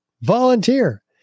volunteer